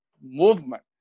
movement